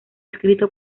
escrito